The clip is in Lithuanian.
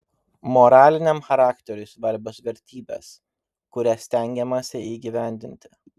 moraliniam charakteriui svarbios vertybės kurias stengiamasi įgyvendinti